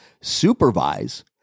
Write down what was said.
supervise